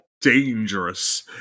Dangerous